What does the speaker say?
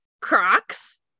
Crocs